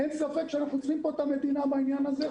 ואין ספק שאנחנו צריכים את המדינה בעניין הזה.